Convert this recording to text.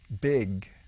big